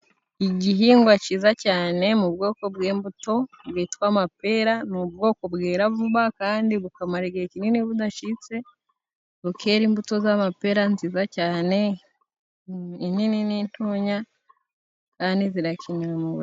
Igihingwa cyiza cyane mu bwoko bwi'imbuto bwitwa amapera. Ni ubwoko bwera vuba kandi bukamara igihe kinini budacitse, bukera imbuto z'amapera nziza cyane, inini n'intoya kandi zirakenewe mu mubiri.